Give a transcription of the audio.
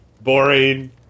boring